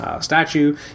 Statue